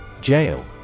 Jail